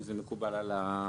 אם זה מקובל על הוועדה.